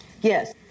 Yes